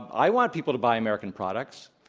i want people to buy american products.